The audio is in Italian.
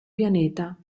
pianeta